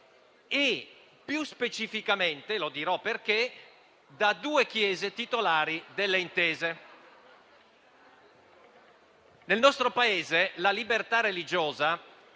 e più specificamente - poi dirò perché - da due Chiese titolari delle intese. Nel nostro Paese la questione